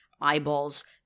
eyeballs